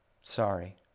Sorry